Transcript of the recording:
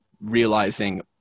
realizing